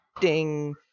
ding